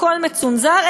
הכול מצונזר,